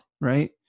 right